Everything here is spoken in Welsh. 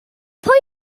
pwy